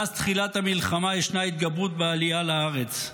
מאז תחילת המלחמה ישנה התגברות בעלייה לארץ.